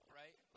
right